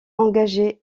engagé